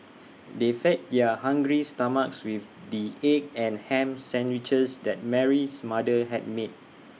they fed their hungry stomachs with the egg and Ham Sandwiches that Mary's mother had made